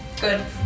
Good